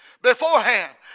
Beforehand